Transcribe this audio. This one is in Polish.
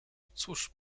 cóż